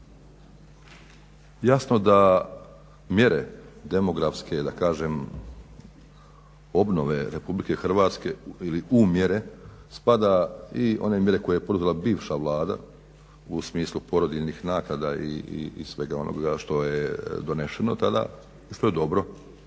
Jasno da mjere demografske da kažem obnove RH ili u mjere spada i one mjere koje je poduzela bivša Vlada u smislu porodiljnih naknada i svega onoga što je donošeno tada, što je dobro,